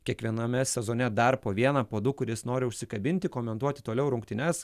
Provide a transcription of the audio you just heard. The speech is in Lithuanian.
kiekviename sezone dar po vieną po du kuris nori užsikabinti komentuoti toliau rungtynes